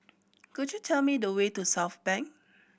could you tell me the way to Southbank